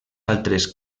altres